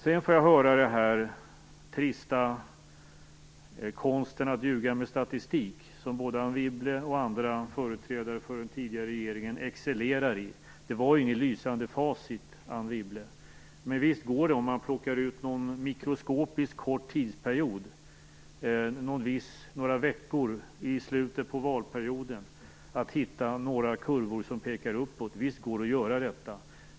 Sedan kommer den trista konsten att ljuga med statistik som både Anne Wibble och andra företrädare för den tidigare regeringen excellerar i. Det var ingen lysande facit, Anne Wibble. Men visst går det att plocka ut någon mikroskopiskt kort tidsperiod - några veckor i slutet av valperioden - och hitta några kurvor som pekar uppåt.